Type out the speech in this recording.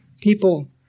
People